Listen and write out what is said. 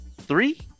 three